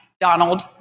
Donald